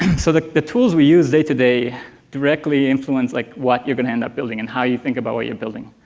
so the the tools we use day to day directly influence like what you're going to end up building and how you think about what you're building,